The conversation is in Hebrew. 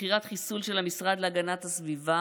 מכירת חיסול של המשרד להגנת הסביבה